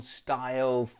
style